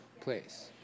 place